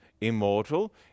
immortal